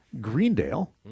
Greendale